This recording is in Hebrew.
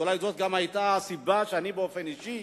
אולי זו גם היתה הסיבה שאני באופן אישי